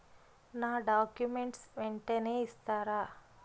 నా డాక్యుమెంట్స్ వెంటనే ఇస్తారా?